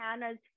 Hannah's